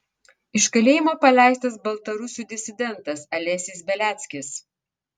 iš kalėjimo paleistas baltarusių disidentas alesis beliackis